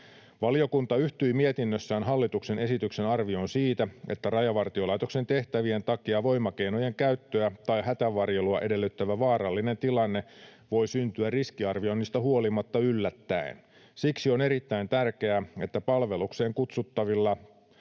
Valiokunta yhtyi mietinnössään hallituksen esityksen arvioon siitä, että Rajavartiolaitoksen tehtävien takia voimakeinojen käyttöä tai hätävarjelua edellyttävä vaarallinen tilanne voi syntyä riskiarvioinnista huolimatta yllättäen. Siksi on erittäin tärkeää, että palvelukseen kutsuttavilla